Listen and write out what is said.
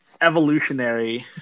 evolutionary